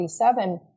1947